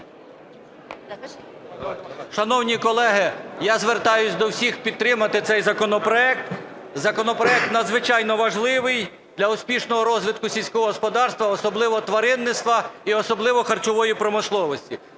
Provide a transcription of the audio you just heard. Шановні колеги, я звертаюся до всіх підтримати цей законопроект. Законопроект надзвичайно важливий для успішного розвитку сільського господарства, особливо тваринництва і особливо харчової промисловості.